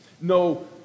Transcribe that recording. no